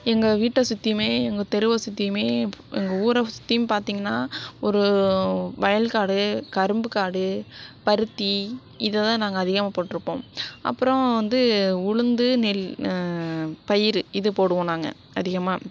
எங்கள் வீட்டை சுற்றியுமே எங்கள் தெருவை சுற்றியுமே எங்கள் ஊரை சுற்றியும் பார்த்தீங்னா ஒரு வயல் காடு கரும்பு காடு பருத்தி இதை தான் நாங்கள் அதிகமாக போட்டிருப்போம் அப்புறோம் வந்து உளுந்து நெல் பயிறு இது போடுவோம் நாங்கள் அதிகமாக